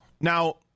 Now